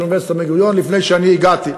אוניברסיטת בן-גוריון לפני שאני הגעתי.